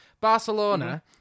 Barcelona